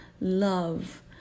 love